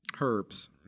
herbs